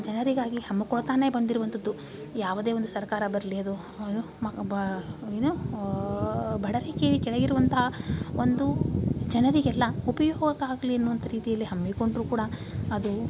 ಜನರಿಗಾಗಿ ಹಮ್ಕೊಳ್ತಲೇ ಬಂದಿರುವಂಥದ್ದು ಯಾವುದೇ ಒಂದು ಸರ್ಕಾರ ಬರಲಿ ಅದು ಏನು ಮ ಬಾ ಏನು ಬಡ ರೇಖೆಯ ಕೆಳಗಿರುವಂಥ ಒಂದು ಜನರಿಗೆಲ್ಲ ಉಪಯೋಗ ಆಗಲಿ ಅನ್ನುವಂಥ ರೀತಿಯಲ್ಲಿ ಹಮ್ಮಿಕೊಂಡರೂ ಕೂಡ ಅದು